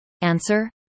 Answer